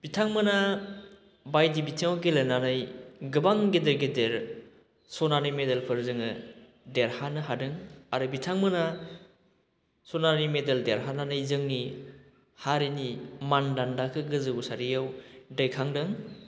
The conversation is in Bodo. बिथांमोना बायदि बिथिङाव गेलेनानै गोबां गेदेर गेदेर सनानि मेडेलफोर जोङो देरहानो हादों आरो बिथांमोना सनानि मेडेल देरहानानै जोंनि हारिनि मानदान्दाखौ गोजौ सारियाव दैखांदों